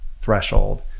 threshold